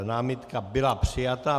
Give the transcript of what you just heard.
Námitka byla přijata.